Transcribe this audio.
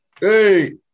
Hey